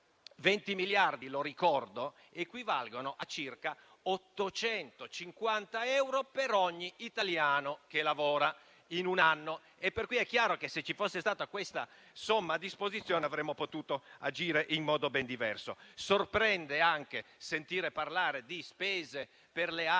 20 miliardi equivalgono a circa 850 euro per ogni italiano che lavora, in un anno. È chiaro che, se ci fosse stata questa somma a disposizione, avremmo potuto agire in modo ben diverso. Sorprende anche sentir parlare di spese per le armi,